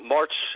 March